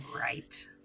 right